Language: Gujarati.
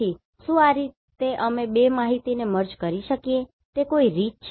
તેથી શું આ રીતે અમે 2 માહિતીને મર્જ કરી શકીએ તે કોઈ રીત છે